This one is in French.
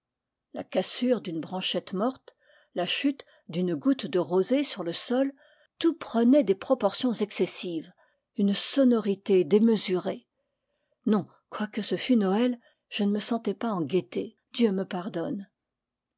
la cassure d'une branchette morte la chute d'une goutte de rosée sur le sol tout prenait des proportions excessives une sonorité démesurée non quoique ce fût noël je ne me sentais pas en gaieté dieu me pardonne